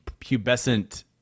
pubescent